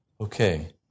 okay